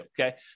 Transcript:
okay